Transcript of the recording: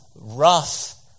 rough